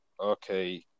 Okay